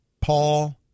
Paul